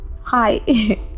Hi